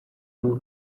four